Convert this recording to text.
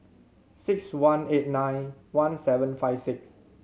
six one eight nine one seven five six